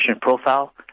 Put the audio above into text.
profile